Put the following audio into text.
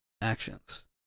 actions